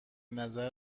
نظر